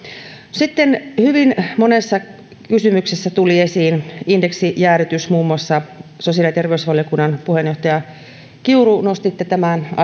sitten hyvin monessa kysymyksessä tuli esiin indeksijäädytys muun muassa sosiaali ja terveysvaliokunnan puheenjohtaja kiuru nostitte tämän asian